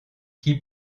qui